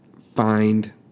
find